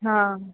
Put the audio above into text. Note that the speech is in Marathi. हां